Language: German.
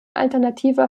alternativer